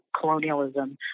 colonialism